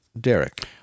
Derek